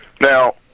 Now